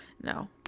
no